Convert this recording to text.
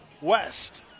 West